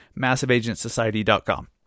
massiveagentsociety.com